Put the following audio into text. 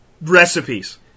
recipes